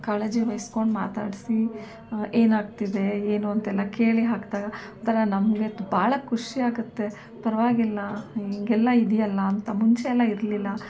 ಕಾಳಜಿ ವಹಿಸ್ಕೊಂಡು ಮಾತಾಡಿಸಿ ಏನಾಗ್ತಿದೆ ಏನು ಅಂತೆಲ್ಲಾ ಕೇಳಿ ಹಾಕಿದಾಗ ಒಂಥರ ನಮಗೆ ತು ಭಾಳ ಖುಷಿಯಾಗುತ್ತೆ ಪರವಾಗಿಲ್ಲ ಹೀಗೆಲ್ಲ ಇದೆಯಲ್ಲ ಅಂತ ಮುಂಚೆಯೆಲ್ಲ ಇರಲಿಲ್ಲ